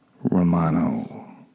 Romano